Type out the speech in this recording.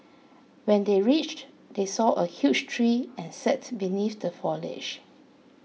when they reached they saw a huge tree and sat beneath the Foliage